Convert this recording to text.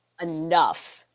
enough